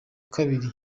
kabiri